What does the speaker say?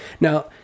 Now